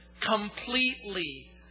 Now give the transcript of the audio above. completely